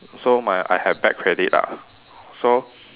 so my I had bad credit ah so